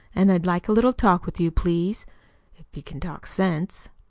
and i'd like a little talk with you, please if you can talk sense.